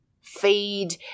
Feed